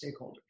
stakeholders